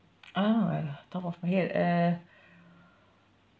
I don't know like uh top of my head uh